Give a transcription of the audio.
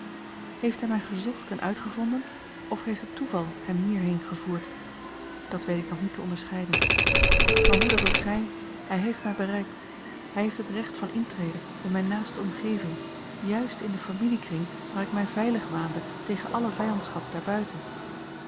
heeft hij mij gezocht en uitgevonden of heeft het toeval hem hierheen gevoerd dat weet ik nog niet te onderscheiden maar hoe dat ook zij hij heeft mij bereikt hij heeft het recht van intrede in mijne naaste omgeving juist in den familiekring waar ik mij veilig waande tegen alle vijandschap daarbuiten